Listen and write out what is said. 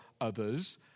others